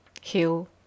hill